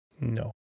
No